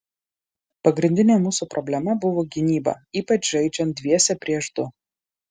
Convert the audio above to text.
pagrindinė mūsų problema buvo gynyba ypač žaidžiant dviese prieš du